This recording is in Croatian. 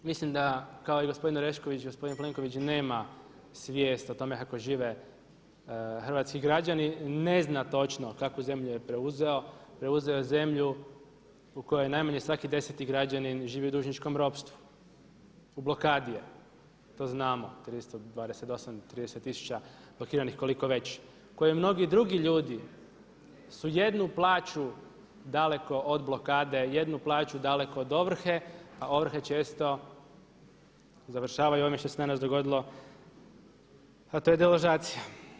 Mislim da kao i gospodin Orešković, gospodin Plenković nema svijest o tome kako je žive hrvatski građani, ne zna točno kakvu zemlju je preuzeo, preuzeo je zemlju u kojoj najmanje svaki deseti građanin živi u dužničkom ropstvu, u blokadi je to znamo, 328, 30 tisuća blokiranih koliko već, koje mnogi drugi ljudi su jednu plaću daleko od blokade, jednu plaću daleko od ovrhe, a ovrhe često završavaju ovime što se danas dogodilo a to je deložacija.